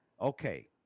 Okay